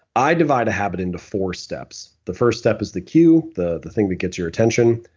i divide habit into four steps. the first step is the cue, the the thing that gets your attention.